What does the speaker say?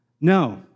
no